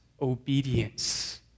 obedience